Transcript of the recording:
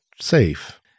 safe